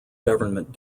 government